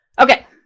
okay